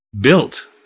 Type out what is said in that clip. built